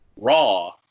raw